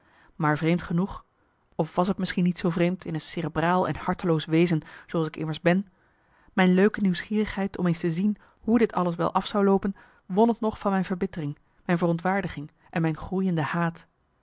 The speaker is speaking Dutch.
maar vreemd genoeg of was t misschien niet zoo vreemd in een cerebraal en harteloos wezen zooals ik immers ben mijn leuke nieuwsgierigheid om eens te zien hoe dit alles wel af zou loopen won t nog van mijn verbittering mijn verontwaardiging en mijn groeiende haat